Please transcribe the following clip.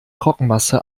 trockenmasse